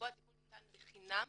ביוצאי אתיופיה שבו הטיפול ניתן חינם